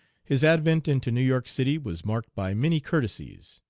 his advent into new york city was marked by many courtesies.